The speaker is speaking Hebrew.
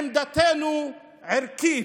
עמדתנו ערכית,